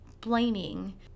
blaming